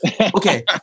Okay